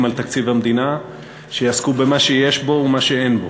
על תקציב המדינה שיעסקו במה שיש בו ובמה שאין בו.